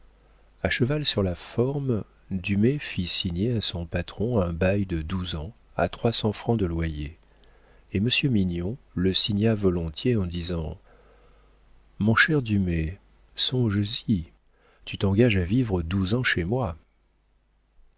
a cheval sur la forme dumay fit signer à son patron un bail de douze ans à trois cents francs de loyer et monsieur mignon le signa volontiers en disant mon cher dumay songes-y tu t'engages à vivre douze ans chez moi